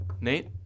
Nate